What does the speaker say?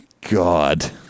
God